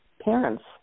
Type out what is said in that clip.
parents